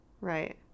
Right